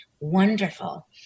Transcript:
wonderful